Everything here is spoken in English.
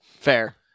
fair